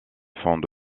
fonde